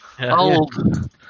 Old